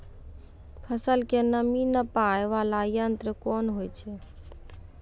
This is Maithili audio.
फसल के नमी नापैय वाला यंत्र कोन होय छै